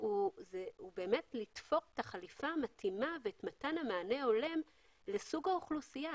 הוא באמת לתפור את החליפה המתאימה ואת מתן המענה ההולם לסוג האוכלוסייה.